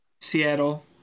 Seattle